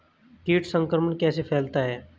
कीट संक्रमण कैसे फैलता है?